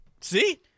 see